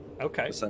Okay